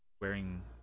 Wearing